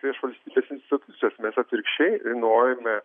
prieš valstybės institucijos mes atvirkščiai norime